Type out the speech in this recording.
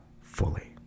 fully